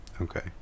Okay